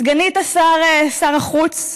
סגנית השר, שר החוץ,